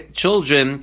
children